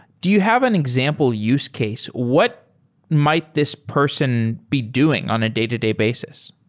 do you have an example use case? what might this person be doing on a day-to-day basis?